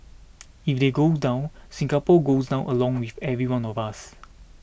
if they go down Singapore goes down along with every one of us